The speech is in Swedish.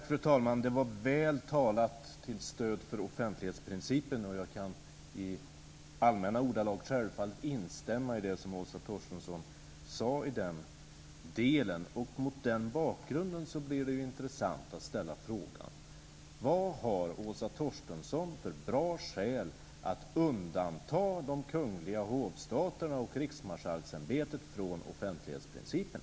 Fru talman! Det var väl talat till stöd för offentlighetsprincipen. Jag kan i allmänna ordalag självfallet instämma i det som Åsa Torstensson sade i den delen. Mot den bakgrunden blir det intressant att ställa frågan: Vad har Åsa Torstensson för bra skäl att undanta de kungliga hovstaterna och Riksmarskalksämbetet från offentlighetsprincipen?